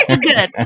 Good